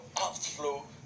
outflow